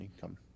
come